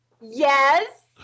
Yes